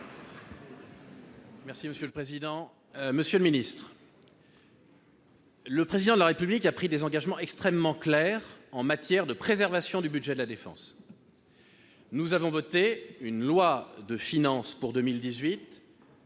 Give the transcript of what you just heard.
et Territoires. Le Président de la République a pris des engagements extrêmement clairs en matière de préservation du budget de la défense. Nous avons voté une loi de finances pour 2018